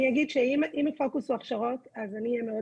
אני אגיד שאם הפוקוס הוא הכשרות אז אני אהיה מאוד